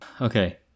Okay